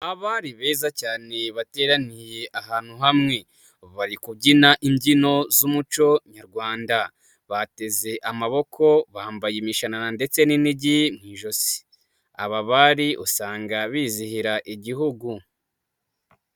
Aba beza cyane bateraniye ahantu hamwe. Bari kubyina imbyino z'umuco Nyarwanda , bateze amaboko bambaye imishano ndetse n'inigii aba bari usanga bizihira igihugu.